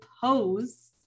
pose